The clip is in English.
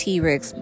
T-Rex